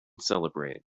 celebrate